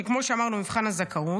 שכמו שאמרנו הוא מבחן הזכאות,